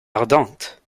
ardente